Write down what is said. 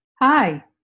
hi